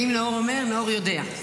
ואם נאור אומר, נאור יודע.